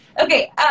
Okay